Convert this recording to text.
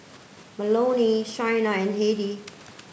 Melonie Shaina and Hedy